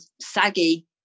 saggy